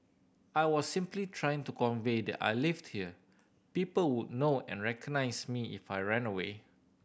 I was simply trying to convey that I lived here people would know and recognise me if I ran away